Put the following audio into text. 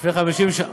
לפני 50 שנה,